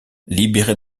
libéré